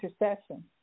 intercession